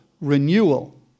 renewal